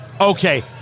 Okay